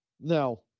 Now